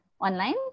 online